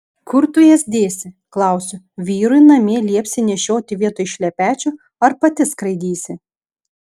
kur tu jas dėsi klausiu vyrui namie liepsi nešioti vietoj šlepečių ar pati skraidysi